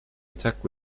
attack